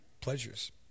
pleasures